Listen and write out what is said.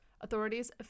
Authorities